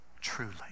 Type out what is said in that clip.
truly